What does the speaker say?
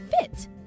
fit